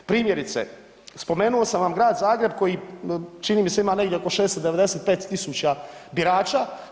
Primjerice, spomenuo sam vam grad Zagreb koji čini mi se ima negdje oko 695 000 birača.